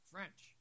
French